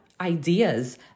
ideas